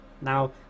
Now